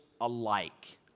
alike